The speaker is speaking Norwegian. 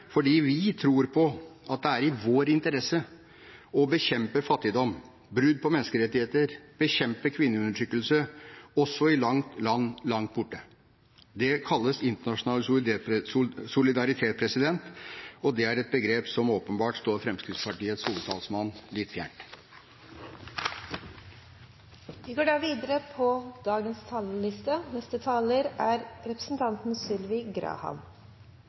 fordi det igjen glir feil vei, og for det andre fordi vi tror på at det er i vår interesse å bekjempe fattigdom og brudd på menneskerettigheter og å bekjempe kvinneundertrykkelse også i land langt borte. Det kalles internasjonal solidaritet, men det er et begrep som åpenbart står Fremskrittspartiets hovedtalsmann litt